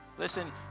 Listen